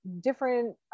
different